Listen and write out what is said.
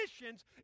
missions